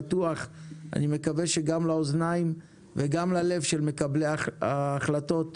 בטוח אני מקווה שגם לאוזניים וגם ללב של מקבלי ההחלטות בממשלה.